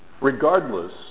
Regardless